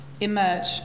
emerge